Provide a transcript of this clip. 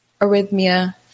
arrhythmia